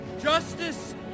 justice